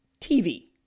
TV